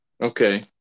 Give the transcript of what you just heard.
Okay